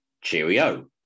cheerio